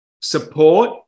support